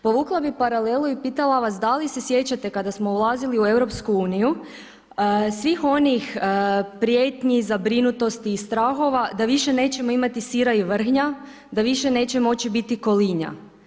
Povukla bih paralelu i pitala vas da li se sjećate kada smo ulazili u Europsku uniju, svih onih prijetnji, zabrinutosti i strahova da više nećemo imati sira i vrhnja, da više neće moći biti kolinja.